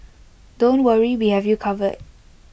don't worry we have you covered